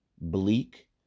bleak